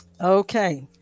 Okay